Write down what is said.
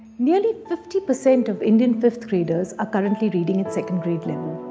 nearly fifty percent of indian fifth graders are currently reading at second grade level.